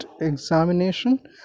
examination